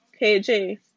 KJ